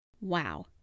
Wow